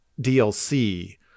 dlc